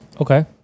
okay